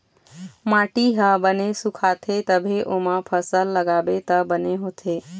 माटी ह बने सुखाथे तभे ओमा फसल लगाबे त बने होथे